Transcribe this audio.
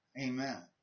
Amen